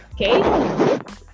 okay